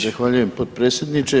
Zahvaljujem potpredsjedniče.